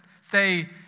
stay